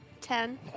ten